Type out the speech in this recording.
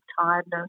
tiredness